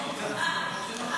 ההצעה